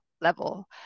level